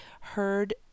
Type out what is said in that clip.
heard